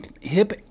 hip